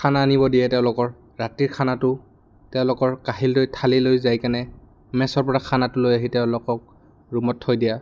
খানা আনিব দিয়ে তেওঁলোকৰ ৰাতিৰ খানাটো তেওঁলোকৰ কাঁহি লৈ ঠালি লৈ যাই কেনে মেছৰপৰা খানাটো লৈ আহি তেওঁলোকক ৰুমত থৈ দিয়া